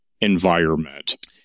environment